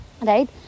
right